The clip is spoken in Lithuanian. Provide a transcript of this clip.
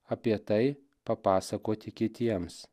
apie tai papasakoti kitiems